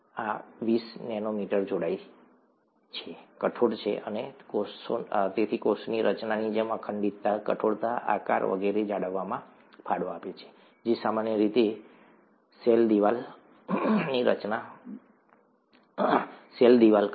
આ વીસ નેનોમીટર જાડાઈ છે કઠોર છે અને તેથી કોષની રચના જેમ કે અખંડિતતા કઠોરતા આકાર વગેરે જાળવવામાં ફાળો આપે છે જે સામાન્ય રીતે સેલ દિવાલ કરે છે